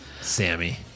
Sammy